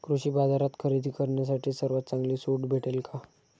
कृषी बाजारात खरेदी करण्यासाठी सर्वात चांगली सूट भेटेल का?